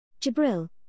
Jibril